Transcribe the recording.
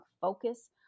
focus